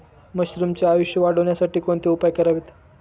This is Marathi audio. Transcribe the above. मशरुमचे आयुष्य वाढवण्यासाठी कोणते उपाय करावेत?